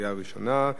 בקריאה ראשונה.